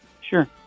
sure